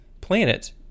Planet